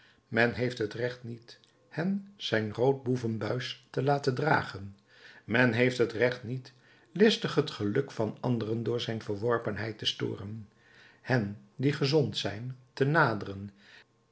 men heeft het recht niet hen zijn rood boevenbuis te laten dragen men heeft het recht niet listig het geluk van anderen door zijn verworpenheid te storen hen die gezond zijn te naderen